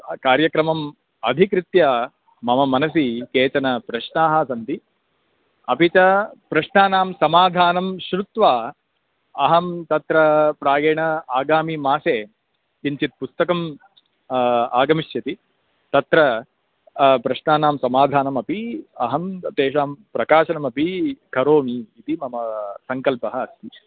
कार्यक्रमम् अधिकृत्य मम मनसि केचन प्रश्नाः सन्ति अपि च प्रश्नानां समाधानं श्रुत्वा अहं तत्र प्रायेण आगामिमासे किञ्चित् पुस्तकम् आगमिष्यति तत्र प्रश्नानां समाधानमपि अहं तेषां प्रकाशनमपि करोमि इति मम सङ्कल्पः अस्ति